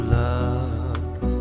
love